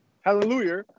Hallelujah